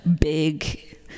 big